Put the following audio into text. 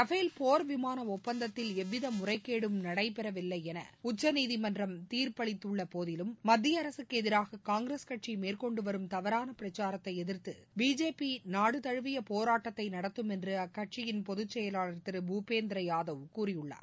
Rafale போா் விமான ஒப்பந்தத்தில் எவ்வித முறைகேடும் நடைபெற வில்லை என உச்சநீதிமன்றம் தீர்ப்பளித்துள்ள போதிலும் மத்திய அரசுக்கு எதிராக காங்கிரஸ் கட்சி மேற்கொண்டு வரும் தவறான பிரச்சாரத்தை எதிர்த்து பிஜேபி நாடு தழுவிய போராட்டத்தை நடத்தும் என்று அக்கட்சியின் பொதுச் செயலாளர் திரு புபேந்திர யாதவ் கூறியுள்ளார்